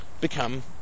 become